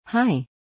Hi